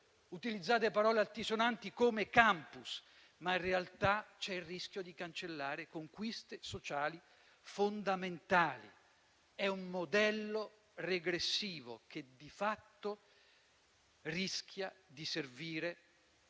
Utilizzate parole altisonanti come «*campus*», ma in realtà c'è il rischio di cancellare conquiste sociali fondamentali. Si tratta di un modello regressivo che, di fatto, rischia di servire